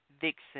vixen